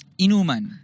Inuman